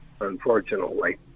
unfortunately